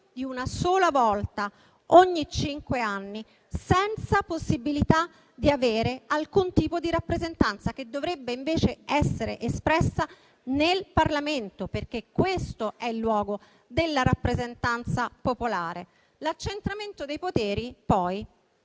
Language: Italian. di una sola volta ogni cinque anni, senza possibilità di avere alcun tipo di rappresentanza, che dovrebbe invece essere espressa nel Parlamento, perché questo è il luogo della rappresentanza popolare. Vi è poi l'accentramento dei poteri